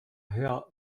herr